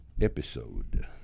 episode